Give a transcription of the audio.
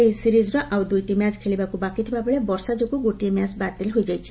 ଏହି ସିରିଜ୍ର ଆଉ ଦୁଇଟି ମ୍ୟାଚ୍ ଖେଳିବାକୁ ବାକି ଥିବା ବେଳେ ବର୍ଷା ଯୋଗୁଁ ଗୋଟିଏ ମ୍ୟାଚ୍ ବାତିଲ ହୋଇଯାଇଛି